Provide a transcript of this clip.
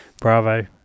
Bravo